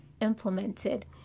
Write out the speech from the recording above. implemented